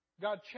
God